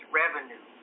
revenue